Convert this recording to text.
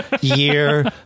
year